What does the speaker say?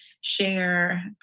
share